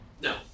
No